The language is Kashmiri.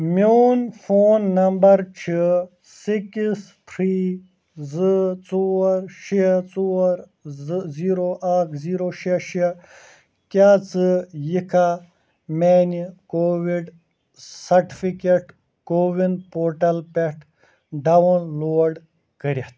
میٚون فون نمبر چھُ سِکٕس تھرٛۍ زٕ ژور شیٚے ژور زٕ زیٖرو اَکھ زیٖرو شیٚے شیٚے کیٛاہ ژٕ یِکھا میٛانہِ کووِڈ سرٹیفکیٹ کووِن پورٹل پٮ۪ٹھ ڈاؤن لوڈ کٔرِتھ